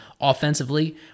offensively